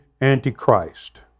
Antichrist